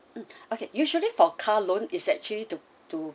mm okay usually for car loan is actually to to